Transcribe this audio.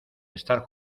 estar